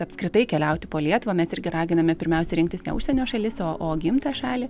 apskritai keliauti po lietuvą mes irgi raginame pirmiausia rinktis ne užsienio šalis o o gimtąją šalį